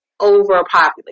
overpopulated